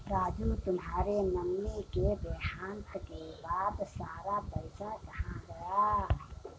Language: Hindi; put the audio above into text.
राजू तुम्हारे मम्मी के देहांत के बाद सारा पैसा कहां गया?